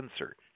insert